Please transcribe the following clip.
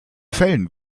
fällen